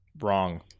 wrong